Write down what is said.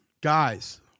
Guys